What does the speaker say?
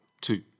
two